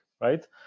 right